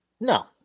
No